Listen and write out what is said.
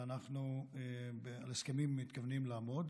ואנחנו בהסכמים מתכוונים לעמוד.